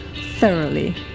thoroughly